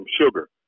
sugar